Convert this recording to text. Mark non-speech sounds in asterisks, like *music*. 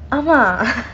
ah mah *noise*